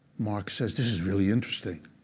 marx says this is really interesting.